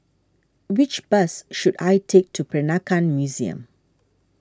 which bus should I take to Peranakan Museum